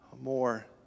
more